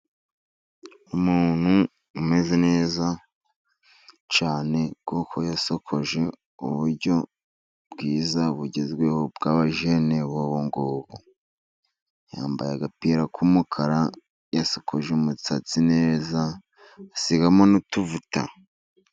Umuntu umeze neza cyane kuko yasokoje uburyo bwiza bugezweho bw'abajene b'ubu ngubu, yambaye agapira k'umukara, yasokoje umusatsi neza, asigamo n'utuvuta.